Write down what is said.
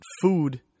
food